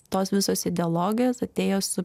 tos visos ideologijos atėjo su